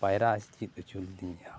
ᱯᱟᱭᱨᱟᱜ ᱮ ᱪᱮᱫ ᱚᱪᱚ ᱞᱮᱫᱮᱧᱟᱹ